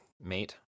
mate